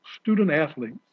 student-athletes